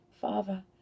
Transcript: Father